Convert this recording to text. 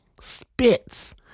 spits